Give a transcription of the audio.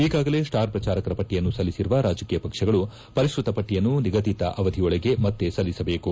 ಈಗಾಗಲೇ ಸ್ವಾರ್ ಪ್ರಚಾರಕರ ಪಟ್ಟಿಯನ್ನು ಸಲ್ಲಿಸಿರುವ ರಾಜಕೀಯ ಪಕ್ಷಗಳು ಪರಿಷ್ಠತ ಪಟ್ಟಿಯನ್ನು ನಿಗದಿತ ಅವಧಿಯೊಳಗೆ ಮತ್ತೆ ಸಲ್ಲಿಸಬೇಕು